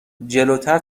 جلوتر